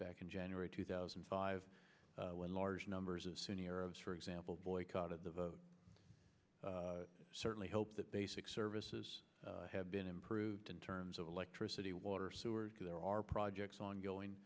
back in january two thousand and five when large numbers of sunni arabs for example boycotted the vote certainly help the basic services have been improved in terms of electricity water sewer because there are projects ongoing